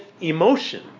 emotion